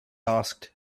asked